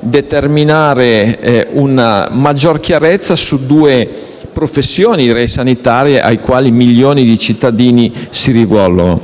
determinare una maggiore chiarezza su due professioni sanitarie alle quali milioni di cittadini si rivolgono.